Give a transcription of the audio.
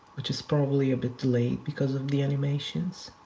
which is probably a bit delayed because of the animations.